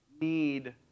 need